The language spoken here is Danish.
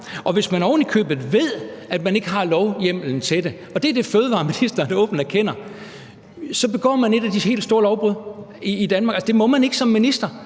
Og hvis man ovenikøbet ved, at man ikke har lovhjemmel til det – og det er det, fødevareministeren åbent erkender – så begår man et af de helt store lovbrud i Danmark. Altså, det må man ikke som minister,